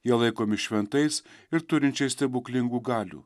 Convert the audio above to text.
jie laikomi šventais ir turinčiais stebuklingų galių